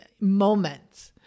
moments